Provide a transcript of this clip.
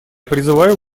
призываю